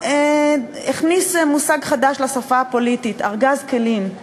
שהכניס מושג חדש לשפה הפוליטית: ארגז כלים,